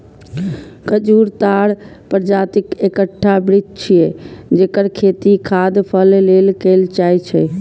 खजूर ताड़ प्रजातिक एकटा वृक्ष छियै, जेकर खेती खाद्य फल लेल कैल जाइ छै